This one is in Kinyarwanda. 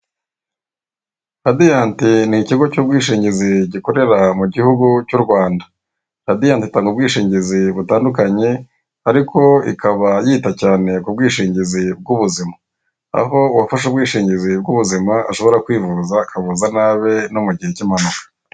Radiyanti ni ikigo cy'ubwishingizi gikorera mu gihugu cy'u Rwanda, radiyandi itanga ubwishingizi butandukanye, ariko ikaba yita cyane ku bwishingizi bw'ubuzima aho uwafashe ubwishingizi bw'ubuzima ashobora kwivuza akavuza n'abe no mu gihe cy'impanuka.